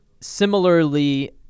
similarly